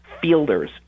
fielders